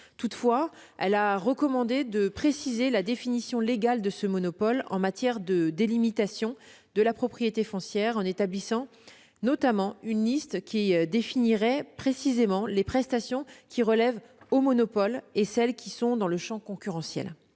Toutefois, elle a recommandé de préciser la définition légale de ce monopole en matière de délimitation de la propriété foncière, en établissant notamment une liste qui définirait précisément les prestations qui relèvent du monopole et celles qui sont dans le champ concurrentiel.